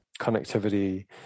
Connectivity